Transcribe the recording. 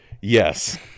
yes